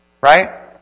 Right